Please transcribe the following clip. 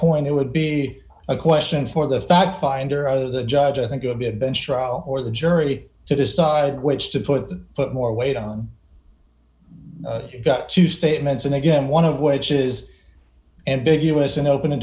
point it would be a question for the fact finder of the judge i think it would be a bench trial or the jury to decide which to put put more weight on the two statements and again one of which is ambiguous and open